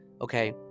Okay